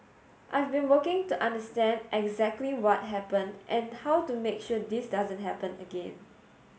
I've been working to understand exactly what happened and how to make sure this doesn't happen again